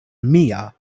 mia